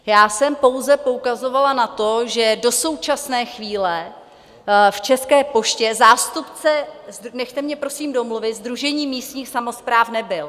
Já jsem pouze poukazovala na to, že do současné chvíle v České poště zástupce nechte mě prosím domluvit Sdružení místních samospráv nebyl.